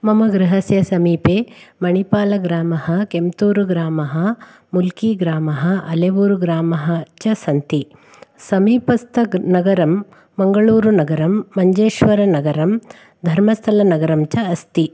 मम गृहस्य समीपे मणिपालग्रामः केम्दूरुग्रामः मुल्किग्रामः अलेऊरुग्रामः च सन्ति समीपस्थ ग् नगरं मङ्गलूरुनगरम् मञ्जेश्वरनगरम् धर्मस्थलनगरं च अस्ति